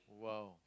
!wow!